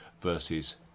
Versus